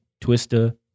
Twista